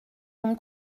mon